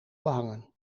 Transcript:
behangen